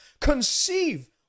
conceive